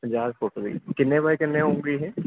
ਪੰਜਾਹ ਫੁੱਟ ਜੀ ਕਿੰਨੇ ਬਾਏ ਕਿੰਨੇ ਹੋਊਗੀ ਇਹ